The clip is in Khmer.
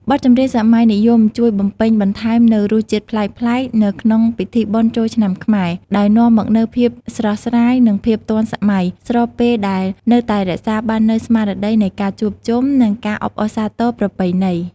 បទចម្រៀងសម័យនិយមជួយបំពេញបន្ថែមនូវរសជាតិប្លែកៗនៅក្នុងពិធីបុណ្យចូលឆ្នាំខ្មែរ ដោយនាំមកនូវភាពស្រស់ស្រាយ និងភាពទាន់សម័យ ស្របពេលដែលនៅតែរក្សាបាននូវស្មារតីនៃការជួបជុំ និងការអបអរសាទរប្រពៃណី។